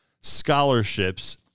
scholarships